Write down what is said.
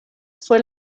fue